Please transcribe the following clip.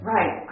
Right